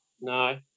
No